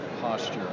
posture